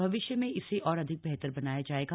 भविष्य में इसे और अधिक बेहतर बनाया जाएगा